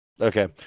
okay